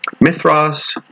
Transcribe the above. Mithras